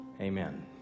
Amen